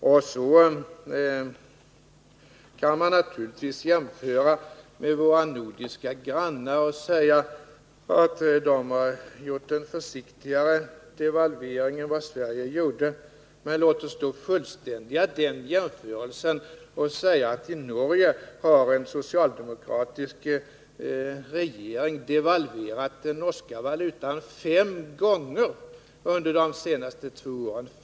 Vidare kan man naturligtvis jämföra med våra nordiska grannar och säga att de har gjort en försiktigare devalvering än vad Sverige har gjort. Men låt oss då ful!ständiga den jämförelsen och säga att i Norge har en socialdemokratisk regering devalverat den norska valutan fem gånger under de senaste två åren.